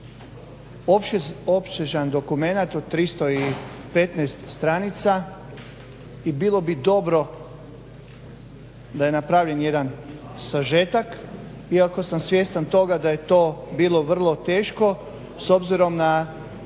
Opsežan dokumenat od 315 stranica i bilo bi dobro da je napravljen jedan sažetak iako sam svjestan toga da je to bilo vrlo teško s obzirom na